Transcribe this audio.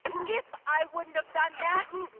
if i wouldn't have done that,